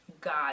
God